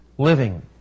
living